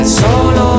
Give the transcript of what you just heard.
solo